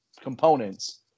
components